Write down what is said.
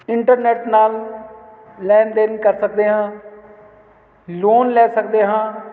internet ਨਾਲ ਲੈਣ ਦੇਣ ਕਰ ਸਕਦੇ ਹਾਂ ਲੋਨ ਲੈ ਸਕਦੇ ਹਾਂ